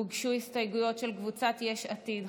הוגשו הסתייגויות של קבוצת סיעת יש עתיד,